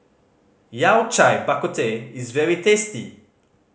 Yao Cai Bak Kut Teh is very tasty